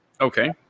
Okay